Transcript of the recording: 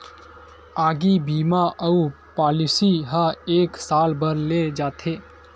आगी बीमा अउ पॉलिसी ह एक साल बर ले जाथे